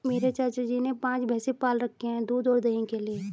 मेरे चाचा जी ने पांच भैंसे पाल रखे हैं दूध और दही के लिए